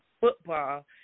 football